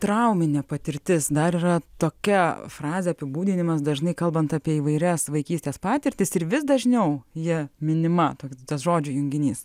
trauminė patirtis dar yra tokia frazė apibūdinimas dažnai kalbant apie įvairias vaikystės patirtis ir vis dažniau ji minima toks tas žodžių junginys